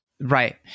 right